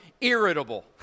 irritable